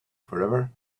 forever